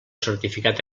certificat